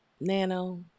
Nano